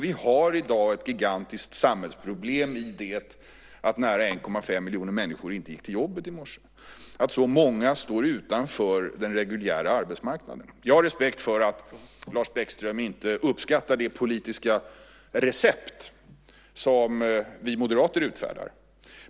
Vi har i dag ett gigantiskt samhällsproblem i det att nära 1,5 miljoner människor inte har ett jobb att gå till. Så många står utanför den reguljära arbetsmarknaden. Jag har respekt för att Lars Bäckström inte uppskattar det politiska recept som vi moderater utfärdar.